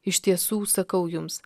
iš tiesų sakau jums